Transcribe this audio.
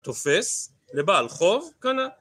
תופס לבעל חוב קנה